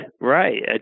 Right